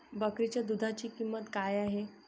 बकरीच्या दूधाची किंमत काय आहे?